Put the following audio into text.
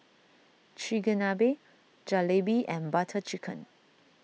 Chigenabe Jalebi and Butter Chicken